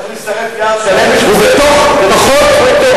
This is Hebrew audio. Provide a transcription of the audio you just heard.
צריך להישרף יער שלם כדי שידברו אתו?